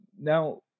Now